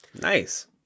Nice